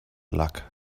luck